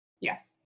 Yes